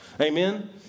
Amen